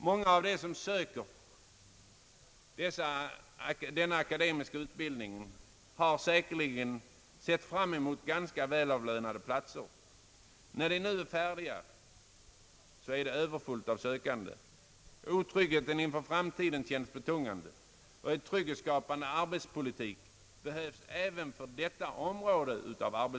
Många av dem, som söker sig till den akademiska utbildningen, har säkerligen sett fram emot ganska välavlönade platser. När de nu är färdiga, är det överfullt av sökande. Otryggheten inför framtiden känns betungande, och en trygghetsskapande arbetsmarknadspolitik behövs även på detta område.